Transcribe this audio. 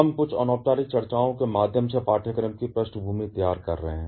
हम कुछ अनौपचारिक चर्चाओं के माध्यम से पाठ्यक्रम की पृष्ठभूमि तैयार कर रहे हैं